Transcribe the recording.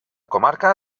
comarca